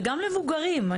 וגם מבוגרים.